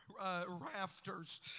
rafters